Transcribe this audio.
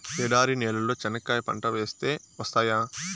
ఎడారి నేలలో చెనక్కాయ పంట వేస్తే వస్తాయా?